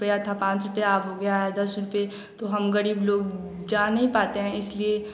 रुपया था पाँच रुपया अब हो गया है दस रुपये तो हम गरीब लोग जा नहीं पाते हैं इसलिए